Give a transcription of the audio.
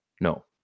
No